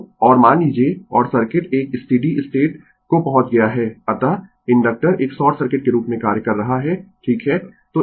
तो और मान लीजिए और सर्किट एक स्टीडी स्टेट को पहुंच गया है अतः इंडक्टर एक शॉर्ट सर्किट के रूप में कार्य कर रहा है ठीक है